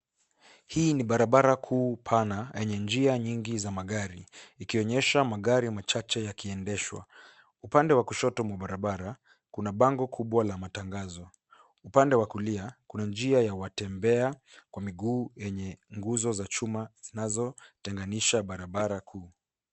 Hii ni barabara kuu pana yenye njia nyingi za magari, ikionyesha magari machache yanayoendeshwa. Upande wa kushoto mwa barabara, kuna bango kubwa la matangazo. Upande wa kulia, kuna njia ya watembea kwa miguu yenye nguzo za chuma zinazotenganisha barabara kuu.